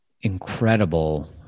incredible